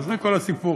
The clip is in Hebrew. זה כל הסיפור.